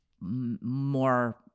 more